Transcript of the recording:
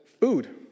Food